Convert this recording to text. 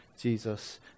Jesus